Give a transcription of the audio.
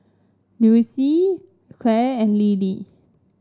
Louise Clare and Lillie